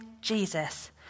Jesus